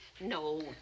No